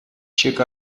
чек